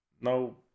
no